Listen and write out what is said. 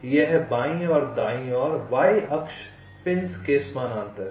यह बाईं और दाईं ओर y अक्ष पिंस के समानांतर है